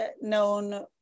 known